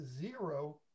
zero